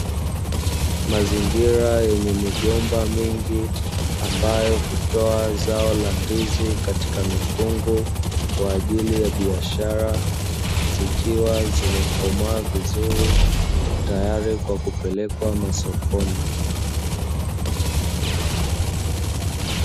Mazingira yenye migomba mingi ambayo hutoa zao la ndizi katika mikungu kwa ajili ya biashara, zikiwa zimekomaa vizuri tayari kwa kupelekwa sokoni.